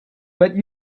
but